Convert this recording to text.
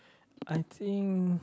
I think